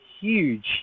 huge